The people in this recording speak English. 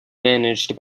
managed